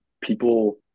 people